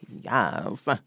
Yes